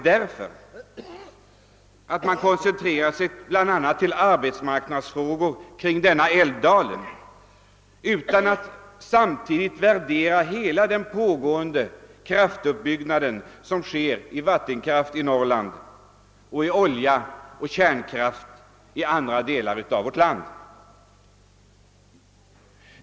Man har koncentrerat sig på bl.a. arbetsmarknadsfrågor som rört denna älvdal men har inte samtidigt haft möjlighet att värdera hela den utbyggnad av vattenkraftverk som sker i Norrland och av oljeoch kärnkraftverk i andra delar av vårt land.